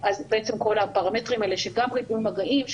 אז בעצם כל הפרמטרים האלה ריבוי מגעים,